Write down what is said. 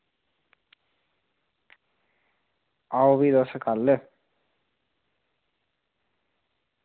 आओ भी तुस कल्ल